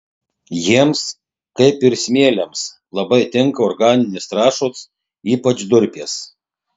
jiems kaip ir smėliams labai tinka organinės trąšos ypač durpės